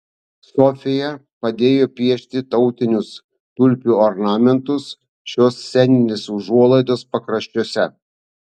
sofija padėjo piešti tautinius tulpių ornamentus šios sceninės užuolaidos pakraščiuose